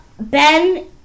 Ben